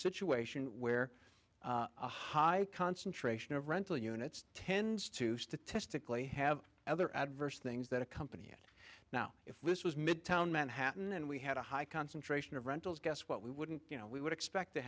situation where a high concentration of rental units tends to statistically have other adverse things that accompany it now if this was midtown manhattan and we had a high concentration of rentals guess what we wouldn't you know we would expect to